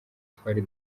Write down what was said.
twari